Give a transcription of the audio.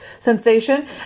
sensation